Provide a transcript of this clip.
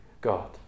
God